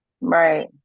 right